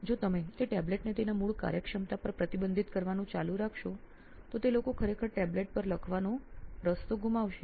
જો તમે તે ટેબ્લેટને તેના મૂળ કાર્યક્ષમતા પર પ્રતિબંધિત કરવાનું ચાલુ રાખશો તો તે લોકો ખરેખર ટેબ્લેટ પર લખવાનું રસ ત્તો ગુમાવશે